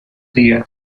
día